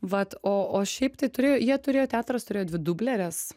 vat o o šiaip tai turėjo jie turėjo teatras turėjo dvi dubleres